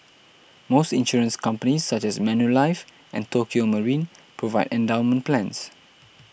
most insurance companies such as Manulife and Tokio Marine provide endowment plans